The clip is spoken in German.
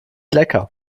lecker